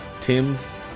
Tim's